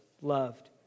loved